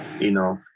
enough